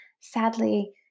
Sadly